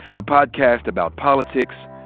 a podcast about politics,